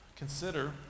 consider